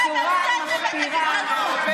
כל היום מדברים נגד ערבים בצורה מחפירה,